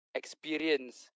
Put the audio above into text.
experience